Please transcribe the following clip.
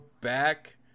back